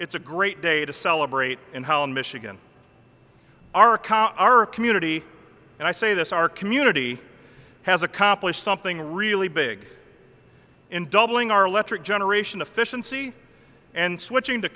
it's a great day to celebrate in holland michigan our car our community and i say this our community has accomplished something really big in doubling our electric generation efficiency and switching to